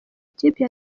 ikipe